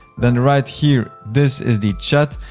then right here, this is the chat,